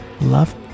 Love